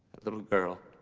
a little girl.